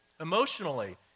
emotionally